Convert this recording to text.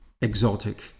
exotic